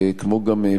כמו גם פסיקותיה,